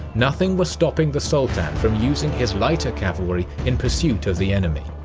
nothing was stopping the sultan from using his lighter cavalry in pursuit of the enemy.